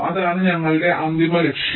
അതാണ് ഞങ്ങളുടെ അന്തിമ ലക്ഷ്യം